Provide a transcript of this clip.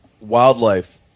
wildlife